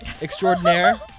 extraordinaire